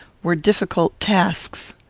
were difficult tasks.